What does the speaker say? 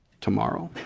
tomorrow?